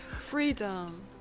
freedom